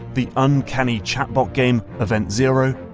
the uncanny chatbot game event zero,